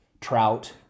Trout